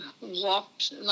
walked